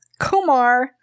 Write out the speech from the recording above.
Komar